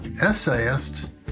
essayist